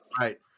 right